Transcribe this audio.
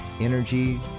energy